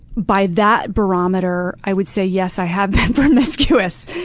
by that barometer, i would say yes, i have been promiscuous.